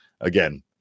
again